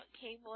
cable